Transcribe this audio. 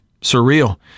surreal